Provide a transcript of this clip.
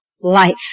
life